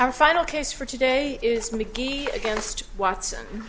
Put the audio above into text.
our final case for today is mcgee against watson